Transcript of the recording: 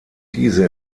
diese